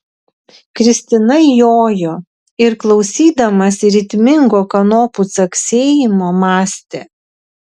kristina jojo ir klausydamasi ritmingo kanopų caksėjimo mąstė